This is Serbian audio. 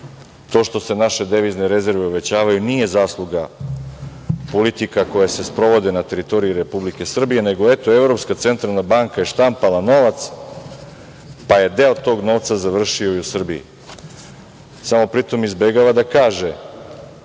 To što se naše devizne rezerve uvećavaju, nije zasluga politika koje se sprovode na teritorije Republike Srbije, nego, eto, Evropska centralna banka je štampala novac, pa je deo tog novca završio i u Srbiji. Samo, pri tome, izbegava da kaže